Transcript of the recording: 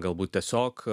galbūt tiesiog